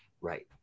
right